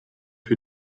wir